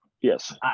Yes